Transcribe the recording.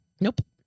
Nope